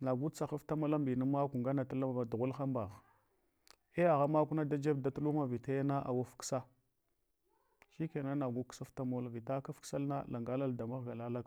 Nagu tsahafta lambinma maku ngane tlava dughalhambagh, ei agha ma kuna da jeb dat luma vitayana awuf ksa, shikena nagu ksufta mof, vita kafsalna langakul damaghgana.